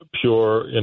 pure